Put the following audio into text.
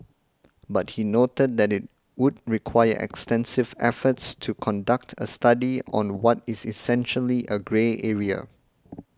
but he noted that it would require extensive efforts to conduct a study on what is essentially a grey area